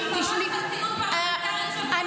הפרת חסינות פרלמנטרית,